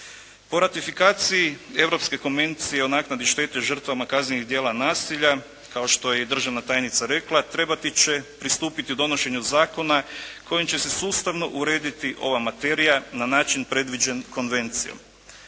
Po ratifikaciji Europske konvencije o naknadi štete žrtvama kaznenih djela nasilja kao što je i državna tajnica rekla trebati će pristupiti donošenju zakona kojim će se sustavno urediti ova materija na način predviđen Konvencijom.